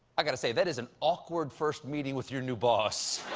i gotta say, that is an awkward first meeting with your new boss.